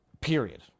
period